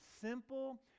simple